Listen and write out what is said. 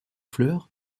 fleur